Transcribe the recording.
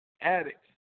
Addicts